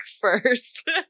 first